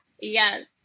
Yes